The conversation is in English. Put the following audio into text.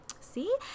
see